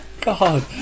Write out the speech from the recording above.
God